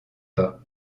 pas